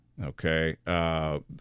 Okay